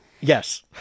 Yes